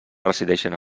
resideixen